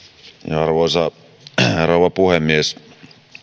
arvoisa rouva puhemies